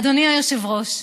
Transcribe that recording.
אדוני היושב-ראש,